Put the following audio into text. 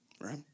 right